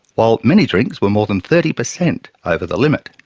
while many drinks were more than thirty percent over the limit.